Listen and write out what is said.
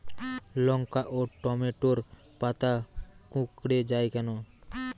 লঙ্কা ও টমেটোর পাতা কুঁকড়ে য়ায় কেন?